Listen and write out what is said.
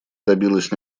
добилась